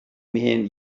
mean